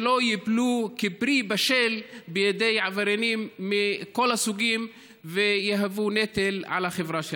שלא ייפלו כפרי בשל בידי עבריינים מכל הסוגים ויהוו נטל על החברה שלנו.